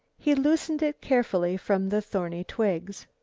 he loosened it carefully from the thorny twigs.